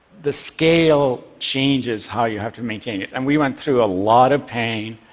the scale changes how you have to maintain it. and we went through a lot of pain.